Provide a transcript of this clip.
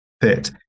fit